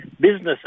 Businesses